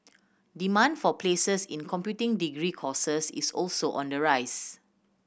demand for places in computing degree courses is also on the rise